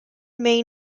may